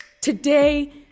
today